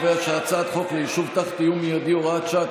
ההצעה להעביר את הצעת חוק ליישוב תחת איום מיידי (הוראת שעה),